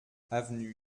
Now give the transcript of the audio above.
avenue